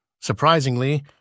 Surprisingly